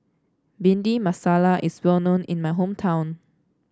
Bhindi Masala is well known in my hometown